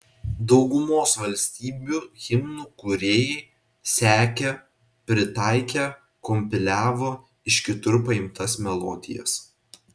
daugumos valstybių himnų kūrėjai sekė pritaikė kompiliavo iš kitur paimtas melodijas